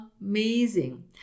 amazing